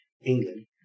England